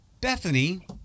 Bethany